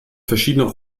verschiedene